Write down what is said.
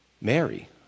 Mary